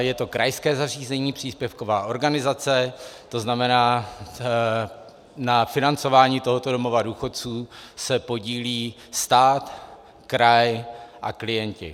Je to krajské zařízení, příspěvková organizace, tzn. na financování tohoto domova důchodců se podílí stát, kraj a klienti.